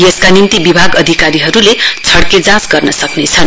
यसका निम्ति विभाग अधिकारीहरुले छड़के जाँच गर्न सक्नेछन्